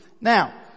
Now